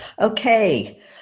Okay